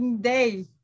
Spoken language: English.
day